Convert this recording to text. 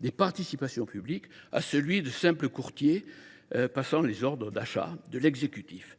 des participations publiques à celui de simple courtier passant les ordres d’achat de l’exécutif.